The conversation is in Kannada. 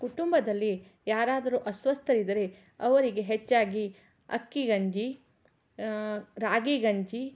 ಕುಟುಂಬದಲ್ಲಿ ಯಾರಾದರು ಅಸ್ವಸ್ಥರಿದ್ದರೆ ಅವರಿಗೆ ಹೆಚ್ಚಾಗಿ ಅಕ್ಕಿ ಗಂಜಿ ರಾಗಿ ಗಂಜಿ